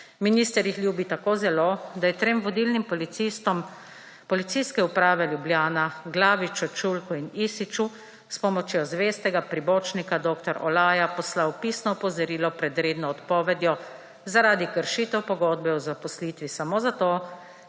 Minister jih ljubi tako zelo, da je trem vodilnim policistom Policijske uprave Ljubljana, Glaviču, Čulku in Isiću s pomočjo zvestega pribočnika dr. Olaja poslal pisno opozorilo pred redno odpovedjo zaradi kršitev pogodbe o zaposlitvi samo zato,